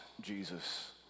Jesus